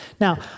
Now